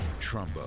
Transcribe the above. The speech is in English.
Trumbo